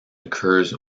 occurs